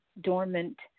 dormant